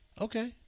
Okay